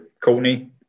Courtney